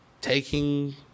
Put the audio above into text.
taking